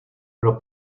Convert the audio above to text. pro